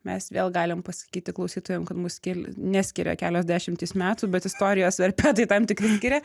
mes vėl galim pasakyti klausytojam kad mus skil neskiria kelios dešimtys metų bet istorijos verpetai tam tikri skiria